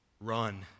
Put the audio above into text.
Run